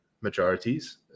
majorities